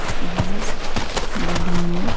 Ciaz Baleno